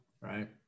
right